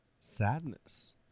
sadness